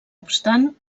obstant